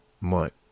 month